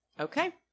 Okay